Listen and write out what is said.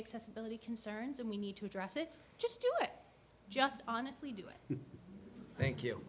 accessibility concerns and we need to address it just do it just honestly do it thank you